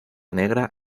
negra